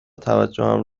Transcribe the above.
توجهم